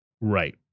right